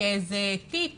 כאיזה תיק